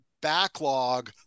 backlog